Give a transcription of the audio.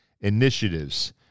initiatives